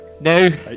No